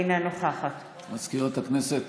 אינה נוכחת מזכירת הכנסת,